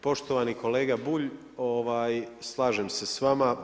Poštovani kolega Bulj, slažem se s vama.